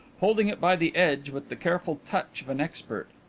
holding it by the edge with the careful touch of an expert.